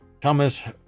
Thomas